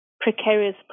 precarious